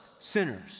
sinners